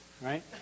right